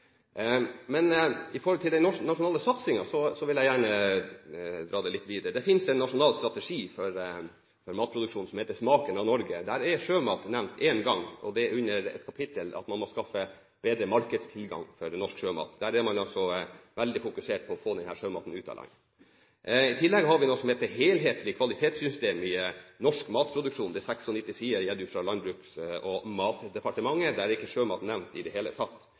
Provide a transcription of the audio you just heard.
Men når det gjelder den nasjonale satsingen, vil jeg gjerne dra det litt videre. Det finnes en nasjonal strategi for matproduksjon som heter «Smaken av Norge». Der er sjømat nevnt én gang, og det er i et kapittel der det står at man må skaffe bedre markedstilgang for norsk sjømat. Der er man altså veldig fokusert på å få denne sjømaten ut av landet. I tillegg har vi noe som heter «Helhetlig kvalitetssystem i norsk matproduksjon» – det er 96 sider gitt ut av Landbruks- og matdepartementet. Der er ikke sjømat nevnt i det hele tatt.